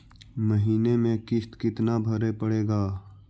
महीने में किस्त कितना भरें पड़ेगा?